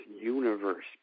universe